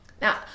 Now